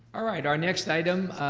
ah right, our next item,